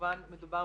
שכמובן מדובר